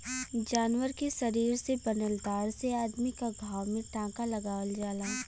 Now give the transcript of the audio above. जानवर के शरीर से बनल तार से अदमी क घाव में टांका लगावल जाला